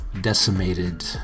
decimated